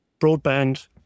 broadband